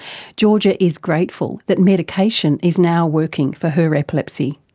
georgia is grateful that medication is now working for her epilepsy.